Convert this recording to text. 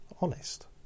Honest